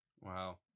Wow